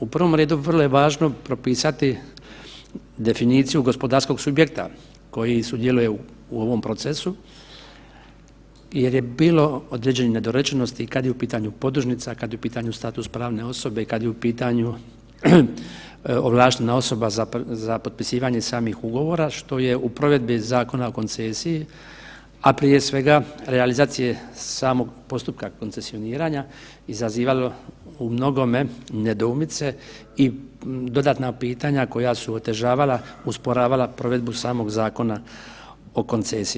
U prvom redu vrlo je važno propisati definiciju gospodarskog subjekta koji sudjeluje u ovom procesu jer je bilo određenih nedorečenosti kada je u pitanju podružnica, kada je u pitanju status pravne osobe i kada je u pitanju ovlaštena osoba za potpisivanje samih ugovora, što je u provedbi Zakona o koncesiji, a prije svega realizacije samog postupka koncesioniranja izazivalo u mnogome nedoumice i dodatna pitanja koja su otežava, usporavala provedbu samog Zakona o koncesiji.